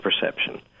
perception